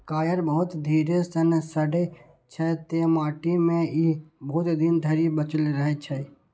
coir बहुत धीरे सं सड़ै छै, तें माटि मे ई बहुत दिन धरि बचल रहै छै